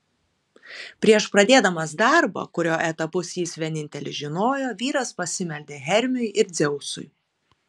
prieš pradėdamas darbą kurio etapus jis vienintelis žinojo vyras pasimeldė hermiui ir dzeusui